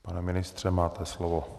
Pane ministře, máte slovo.